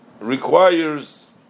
requires